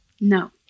No